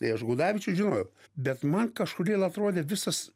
tai aš gudavičių žinojau bet man kažkodėl atrodė visas